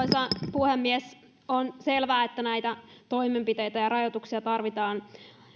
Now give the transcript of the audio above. puhemies on selvää että näitä toimenpiteitä ja rajoituksia tarvitaan